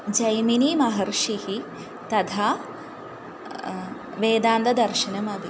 जैमिनिमहर्षिः तथा वेदान्तदर्शनमपि